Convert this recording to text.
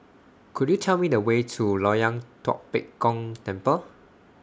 Could YOU Tell Me The Way to Loyang Tua Pek Kong Temple